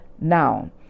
now